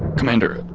commander,